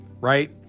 right